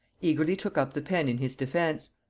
eagerly took up the pen in his defence.